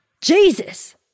Jesus